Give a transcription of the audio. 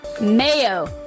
Mayo